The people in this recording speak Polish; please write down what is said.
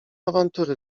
awantury